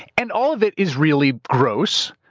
and all of it is really gross,